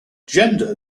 gender